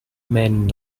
men